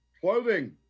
Clothing